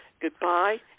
Goodbye